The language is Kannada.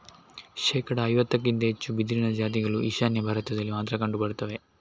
ಶೇಕಡಾ ಐವತ್ತಕ್ಕಿಂತ ಹೆಚ್ಚು ಬಿದಿರಿನ ಜಾತಿಗಳು ಈಶಾನ್ಯ ಭಾರತದಲ್ಲಿ ಮಾತ್ರ ಕಂಡು ಬರ್ತವೆ